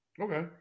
Okay